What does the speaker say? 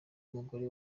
mugore